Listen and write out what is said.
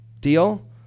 Deal